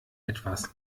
etwas